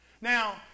Now